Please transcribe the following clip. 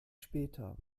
später